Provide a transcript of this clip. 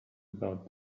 about